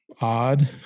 odd